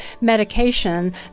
medication